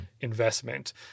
investment